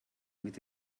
with